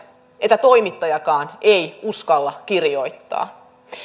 että toimittajakaan ei uskalla kirjoittaa